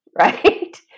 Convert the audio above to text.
right